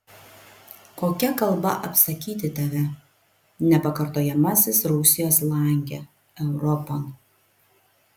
kokia kalba apsakyti tave nepakartojamasis rusijos lange europon